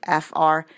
FR